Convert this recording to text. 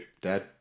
Dad